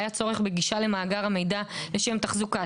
היה צורך בגישה למאגר המידע לשם תחזוקה,